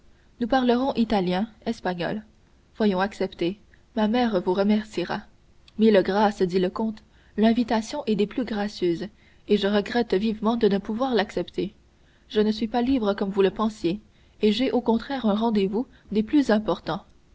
nous parlerons italien espagnol voyons acceptez ma mère vous remerciera mille grâces dit le comte l'invitation est des plus gracieuses et je regrette vivement de ne pouvoir l'accepter je ne suis pas libre comme vous le pensiez et j'ai au contraire un rendez-vous des plus importants